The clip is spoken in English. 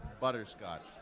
butterscotch